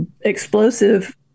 explosive